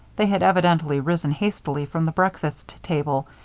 they had evidently risen hastily from the breakfast table,